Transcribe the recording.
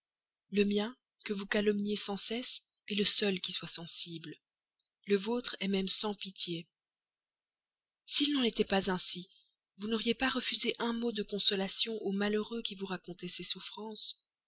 le mien que vous calomniez sans cesse est le seul qui soit sensible le vôtre est même sans pitié s'il n'était pas ainsi vous n'auriez pas refusé un mot de consolation au malheureux qui vous racontait ses souffrances